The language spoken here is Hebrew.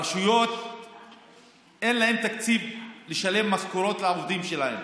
אין לרשויות תקציב לשלם משכורות לעובדים שלהן.